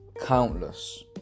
Countless